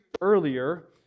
earlier